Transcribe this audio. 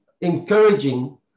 encouraging